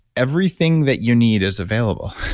everything that you need is available.